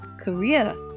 career